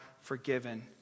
forgiven